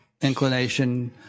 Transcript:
inclination